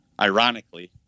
ironically